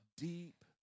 deep